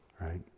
right